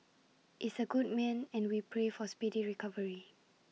is A good man and we pray for speedy recovery